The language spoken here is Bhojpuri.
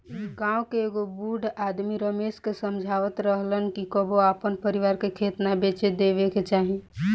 गांव के एगो बूढ़ आदमी रमेश के समझावत रहलन कि कबो आपन परिवार के खेत ना बेचे देबे के चाही